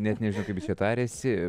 net nežinai kaip jis čia tariasi